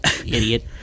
idiot